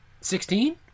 Sixteen